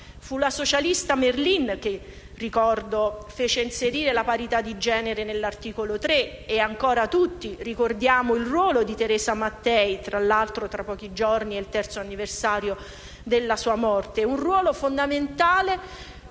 Fu la socialista Merlin che - ricordo - fece inserire la parità di genere nell'articolo 3 e ancora tutti ricordiamo il ruolo di Teresa Mattei (tra l'altro, tra pochi giorni, è il terzo anniversario della sua morte), un ruolo fondamentale